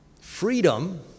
freedom